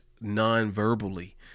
non-verbally